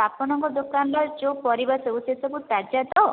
ତ ଆପଣଙ୍କ ଦୋକାନ ରେ ଯେଉଁ ପରିବା ସବୁ ସେ ସବୁ ତାଜା ତ